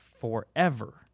forever